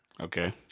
Okay